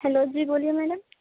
ہلیو جی بولیے میڈم